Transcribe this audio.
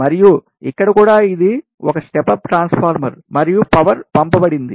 మరియు ఇక్కడ కూడా ఇది ఒక స్టెప్ అప్ ట్రాన్స్ఫార్మర్ మరియు పవర్ పంపబడింది